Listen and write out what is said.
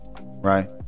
right